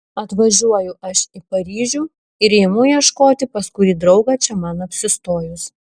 atvažiuoju aš į paryžių ir imu ieškoti pas kurį draugą čia man apsistojus